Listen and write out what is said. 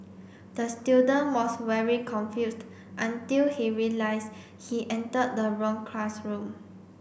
the student was very confused until he realised he entered the wrong classroom